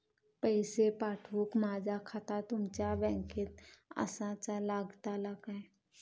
पैसे पाठुक माझा खाता तुमच्या बँकेत आसाचा लागताला काय?